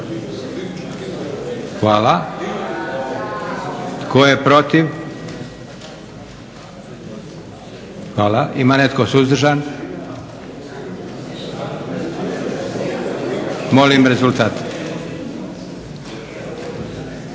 Hvala. Tko je protiv? Hvala. Ima netko suzdržan? Molim rezultat.